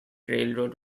railroad